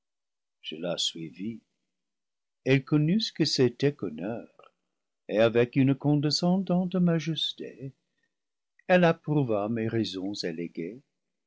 je la suivis elle connut ce que c'é tait qu'honneur et avec une condescendante majesté elle ap prouva mes raisons